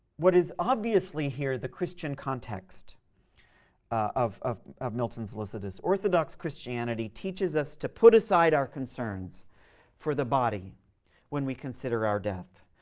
what is obviously here the christian context of of milton's lycidas. orthodox christianity teaches us to put aside our concerns for the body when we consider our death.